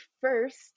first